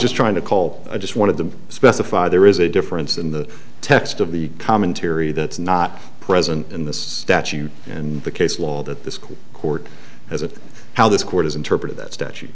just trying to call just one of them specify there is a difference in the text of the commentary that's not present in this statute in the case law that this court as it how this court is interpreted that statu